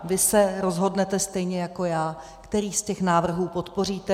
Vy se rozhodnete stejně jako já, který z těch návrhů podpoříte.